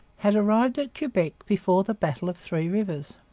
had arrived at quebec before the battle of three rivers.